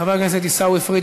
חבר הכנסת עיסאווי פריג',